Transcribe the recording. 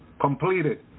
completed